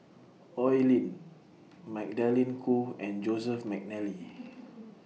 Oi Lin Magdalene Khoo and Joseph Mcnally